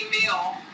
meal